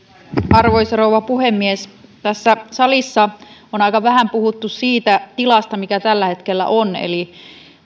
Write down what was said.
arvoisa rouva puhemies tässä salissa on aika vähän puhuttu siitä tilasta mikä tällä hetkellä on eli